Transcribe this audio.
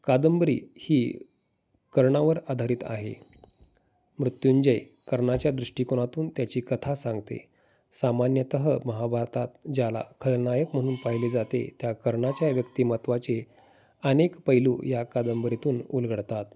कादंबरी ही कर्णावर आधारित आहे मृत्युंजय कर्णाच्या दृष्टिकोणातून त्याची कथा सांगते सामान्यतः महाभारतात ज्याला खरनायक म्हणून पाहिले जाते त्या कर्णाच्या व्यक्तिमत्त्वाचे अनेक पैलू या कादंबरीतून उलगडतात